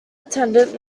attendant